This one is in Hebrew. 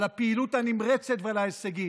על הפעילות הנמרצת ועל ההישגים.